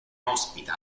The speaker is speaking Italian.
ospita